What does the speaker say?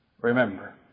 Remember